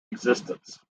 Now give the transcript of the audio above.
existence